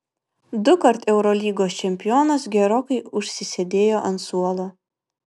dukart eurolygos čempionas gerokai užsisėdėjo ant suolo